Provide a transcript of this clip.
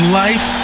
life